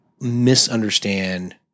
misunderstand